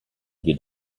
gli